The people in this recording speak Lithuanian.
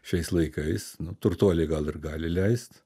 šiais laikais nu turtuoliai gal ir gali leist